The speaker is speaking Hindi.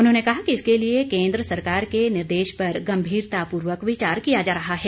उन्होंने कहा कि इसके लिए केंद्र सरकार के निर्देश पर गंभीरतापूर्वक विचार किया जा रहा है